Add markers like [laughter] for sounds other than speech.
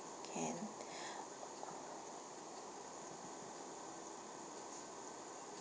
can [breath] [noise]